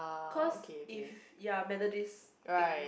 cause if ya methodist thing